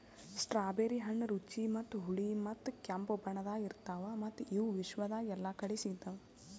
strawberry ಹಣ್ಣ ರುಚಿ ಮತ್ತ ಹುಳಿ ಮತ್ತ ಕೆಂಪು ಬಣ್ಣದಾಗ್ ಇರ್ತಾವ್ ಮತ್ತ ಇವು ವಿಶ್ವದಾಗ್ ಎಲ್ಲಾ ಕಡಿ ಸಿಗ್ತಾವ್